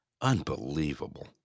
Unbelievable